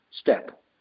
step